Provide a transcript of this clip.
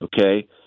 okay